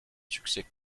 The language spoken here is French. succès